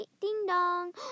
ding-dong